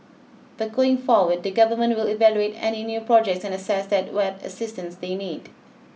but going forward the government will evaluate any new projects and assess what assistance they need